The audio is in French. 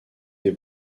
des